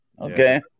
Okay